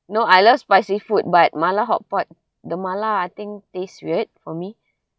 no I love spicy food but mala hotpot the mala I think taste weird for me